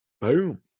boom